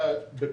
משמעות אחרת.